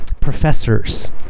professors